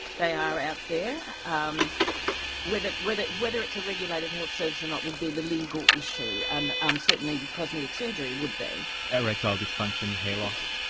they are out there. um whether whether it's a regulated health service or not would be the legal issue, and um certainly cosmetic surgery would be. erectile dysfunction, hair loss?